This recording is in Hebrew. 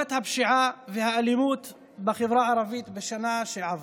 בעקומת הפשיעה והאלימות בחברה הערבית בשנה שעברה.